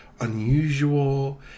unusual